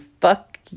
fuck